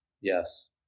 Yes